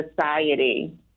society